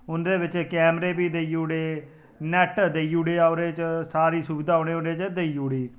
उ'न्दे बिच्च कैमरे बी देई ओड़े नेट देई ओड़ेआ ओहदे च सारी सुबिधा उ'नेंगी ओहदे च देई ओड़ी